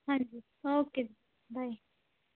ਹਾਂਜੀ ਓਕੇ ਜੀ ਬਾਏ